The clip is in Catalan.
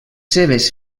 seves